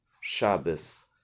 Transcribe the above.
Shabbos